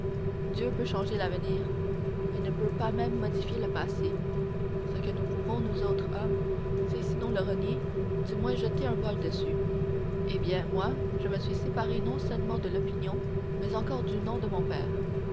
dieu peut changer l'avenir il ne peut pas même modifier le passé ce que nous pouvons nous autres hommes c'est sinon le renier du moins jeter un voile dessus eh bien moi je me suis séparé non seulement de l'opinion mais encore du nom de mon père